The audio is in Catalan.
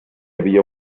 havia